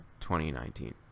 2019